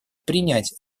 принять